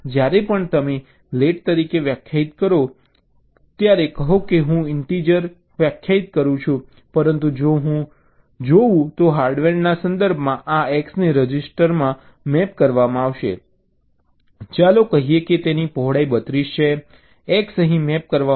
જ્યારે પણ તમે લેટ તરીકે વ્યાખ્યાયિત કરો ત્યારે કહો કે હું ઇન્ટીગર X વ્યાખ્યાયિત કરું છું પરંતુ જો હું જોઉં તો હાર્ડવેરના સંદર્ભમાં આ X ને રજિસ્ટરમાં મેપ કરવામાં આવશે ચાલો કહીએ કે તેની પહોળાઈ 32 છે X અહીં મેપ કરવામાં આવશે